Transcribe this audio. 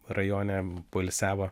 rajone poilsiavo